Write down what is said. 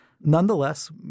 Nonetheless